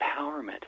empowerment